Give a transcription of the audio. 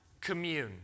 commune